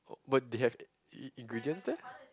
but they have ingredients there